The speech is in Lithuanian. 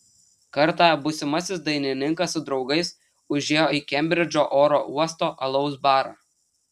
kartą būsimasis dainininkas su draugais užėjo į kembridžo oro uosto alaus barą